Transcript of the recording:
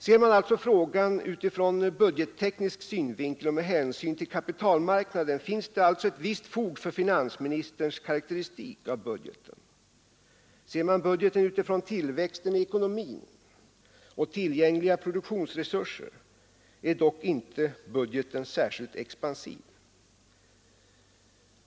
Ser man alltså frågan utifrån budgetteknisk synpunkt och med hänsyn till kapitalmarknaden finns det ett visst fog för finansministerns karakteristik av budgeten. Ser man budgeten utifrån tillväxten i ekonomin och tillgängliga produktionsresurser är dock inte budgeten särskilt expansiv.